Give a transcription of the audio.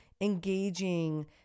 engaging